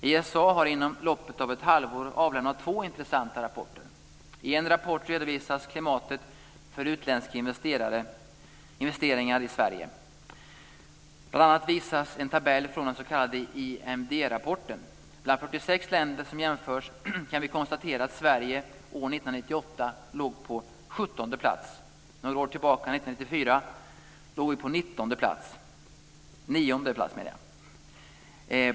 ISA har under loppet av ett halvår avlämnat två intressanta rapporter. I en rapport redovisas klimatet för utländska investeringar i Sverige. Bl.a. visas en tabell från den s.k. IMD-rapporten. Bland 46 länder som jämförs kan vi konstatera att Sverige år 1998 låg på sjuttonde plats. Några år tillbaka, år 1994, låg vi på nionde plats.